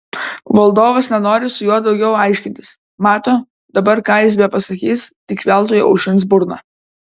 valdovas nenori su juo daugiau aiškintis mato dabar ką jis bepasakys tik veltui aušins burną